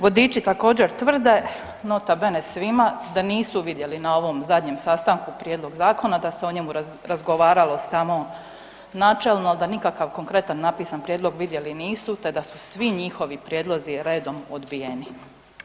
Vodiči također tvrde nota bene svima, da nisu vidjeli na ovom zadnjem sastanku prijedlog zakona, da se o njemu razgovaralo samo načelno, da nikakav konkretan napisan prijedlog vidjeli nisu te da su svi njihovi prijedlozi redom odbijeni.